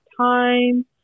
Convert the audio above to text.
time